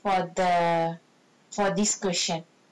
for the for this question